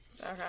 Okay